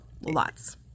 lots